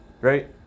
right